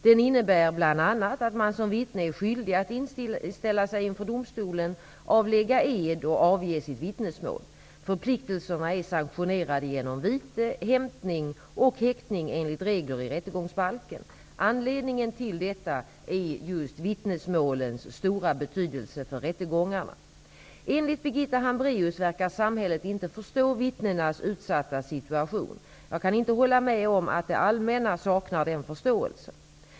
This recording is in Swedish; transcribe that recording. Den innebär bl.a. att man som vittne är skyldig att inställa sig inför domstolen, avlägga ed och avge sitt vittnesmål. Förpliktelserna är sanktionerade genom vite, hämtning och häktning enligt regler i rättegångsbalken. Anledningen till detta är just vittnesmålens stora betydelse för rättegångarna. Enligt Birgitta Hambraeus verkar samhället inte förstå vittnenas utsatta situation. Jag kan inte hålla med om att det allmänna saknar den förståelsen.